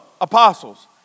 apostles